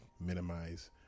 minimize